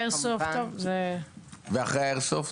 ואחרי האיירסופט?